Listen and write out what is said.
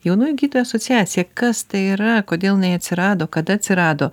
jaunųjų gytojų asociacija kas tai yra kodėl jinai atsirado kada atsirado